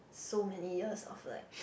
so many years of like